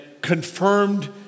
confirmed